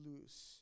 lose